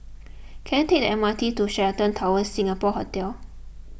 can I take the M R T to Sheraton Towers Singapore Hotel